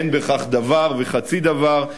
אין בכך דבר וחצי דבר.